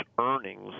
earnings